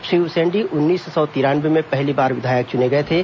श्री उसेंडी उन्नीस सौ तिरानवे में पहली बार विधायक चुने गए थे